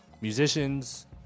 musicians